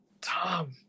tom